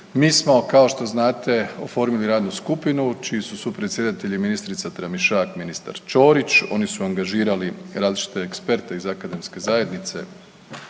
mi smo kao što znate, oformili radnu skupinu čiji su supredsjedatelji ministrica Tramišak, ministar Ćorić, oni su angažirali različite eksperte iz akademske zajednice